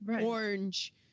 orange